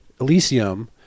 Elysium